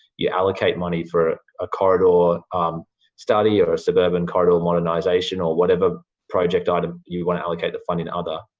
you allocate money for a corridor study or a suburban corridor modernisation, or whatever project item you want to allocate the funding under,